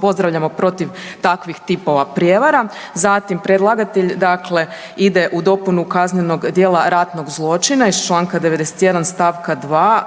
pozdravljamo protiv takvih tipova prijevara. Zatim predlagatelj, dakle ide u dopunu kaznenog dijela ratnog zločina iz članka 91. Stavka 2.